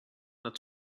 not